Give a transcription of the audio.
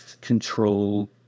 control